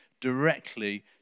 directly